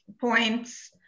points